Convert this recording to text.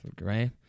right